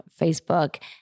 Facebook